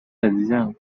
عزیزم